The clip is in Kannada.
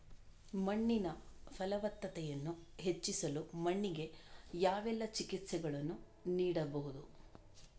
ಮಣ್ಣಿನ ಫಲವತ್ತತೆಯನ್ನು ಹೆಚ್ಚಿಸಲು ಮಣ್ಣಿಗೆ ಯಾವೆಲ್ಲಾ ಚಿಕಿತ್ಸೆಗಳನ್ನು ನೀಡಬಹುದು?